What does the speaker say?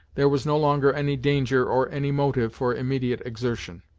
there was no longer any danger or any motive for immediate exertion.